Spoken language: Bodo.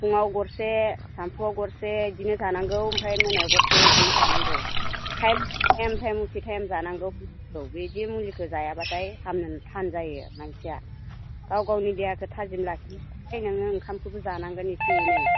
फुङाव गरसे सानसुआव गरसे इदिनो जानांगौ आमफ्राय मोनायाव गरसे इदिनो जानांगौ टाइम टु टाइम टाइम मथे टाइम जानांगौ मुलिखौ बेदि मुलिखौ जायाब्लाथाय हामनो थान जायो मानसिया गाव गावनि देहाखो थाजिम लाखिनो नोङो ओंखामखौबो जानांगोन एसे एनै